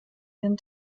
ihren